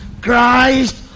Christ